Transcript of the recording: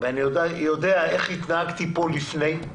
אני יודע איך התנהגתי כאן לפני כן